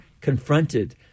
confronted